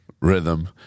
rhythm